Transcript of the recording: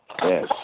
Yes